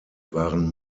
waren